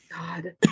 God